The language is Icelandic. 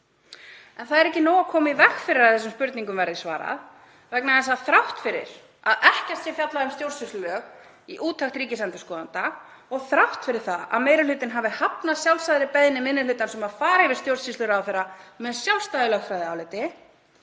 En það er ekki nóg að koma í veg fyrir að þessum spurningum verði svarað vegna þess að þrátt fyrir að ekkert sé fjallað um stjórnsýslulög í úttekt ríkisendurskoðanda og þrátt fyrir að meiri hlutinn hafi hafnað sjálfsagðri beiðni minni hlutans um að fara yfir stjórnsýslu ráðherra með sjálfstæðu lögfræðiáliti,